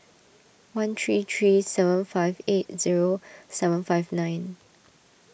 one three three seven five eight zero seven five nine